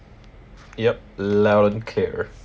yup loud and clear